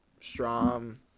Strom